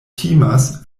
timas